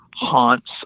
haunts